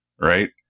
right